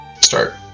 start